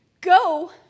go